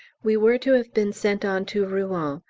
we were to have been sent on to rouen,